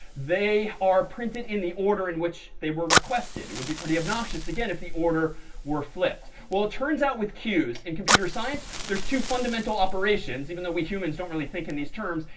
they are printed in the order in which they were requested. it would be pretty obnoxious, again, if the order were flipped. well, it turns out with queues in computer science, there's two fundamental operations, even though we humans don't really think in these terms,